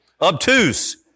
Obtuse